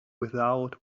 without